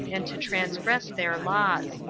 and to transgress their laws.